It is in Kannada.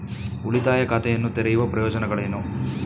ಉಳಿತಾಯ ಖಾತೆಯನ್ನು ತೆರೆಯುವ ಪ್ರಯೋಜನಗಳೇನು?